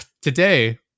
Today